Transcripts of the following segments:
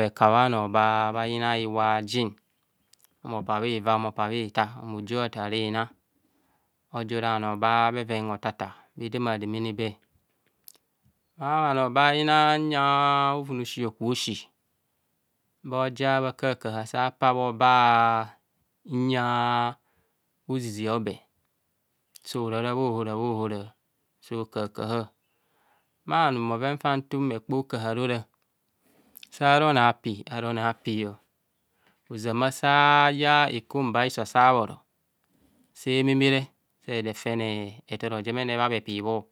Bhekabhe anọọ bhaa bhanyina iwa jin moba bhi va mopa bhi taa, ma jung athaa iina, ara bhanọọ, bha bhwen hotha thaa bhe damadame bee. Ma bhanọọ bhaa bhayina buyeng ao bhoven oshe hokubho ashe, bo ja bha kahakaha sa pa bho bee a nyong ozizia obee, so rara bha ohara bha hora, so kahakaha. Ma num bhoven fon. tun bhachara okoha re, ora, saa re ọnọọ a pir, ara ọnọọ apir, ozamen sa yai ekomba hiso sa bhoro, saa meme re, see de toro jemene bhaa bhe pir bho,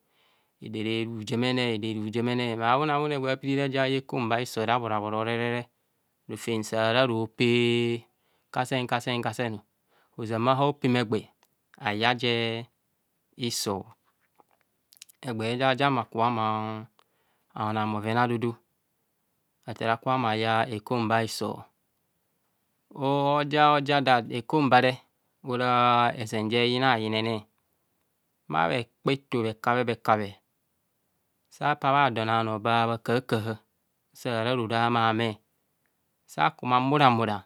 edore ne jemene, edere ru jemene, ma awane euwune gwa pire re gwa yae ekomba hiso abhoro abhoro re, rofem sara ro pe kasen, kasen, kasen ọ, ozama aopema egbee ayai je hiso, egbee jaa ja kubo lumo aonung bhoven aodudu, athaa akubho ahume aya ekumba hiso, aja ekomba re, ora ezen je yin yimene bha bhekpeto bhekape bhekape, saa pa ba don anọọ bha kahakaha, saa ra ro ra hamame, sa kuma mura mura,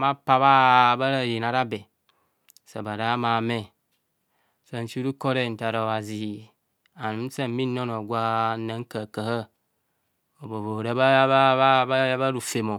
ma pa bha rạyạm ara bee, sa ma ra hamame, saa shi ruko re nta obhazi anunsa mi ra onọọ gwo ra kahakaha, opo vo ra bha rofom ọ